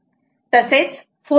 तसेच 4